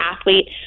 athlete